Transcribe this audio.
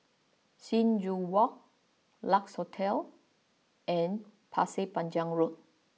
Sing Joo Walk Lex Hotel and Pasir Panjang Road